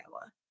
Iowa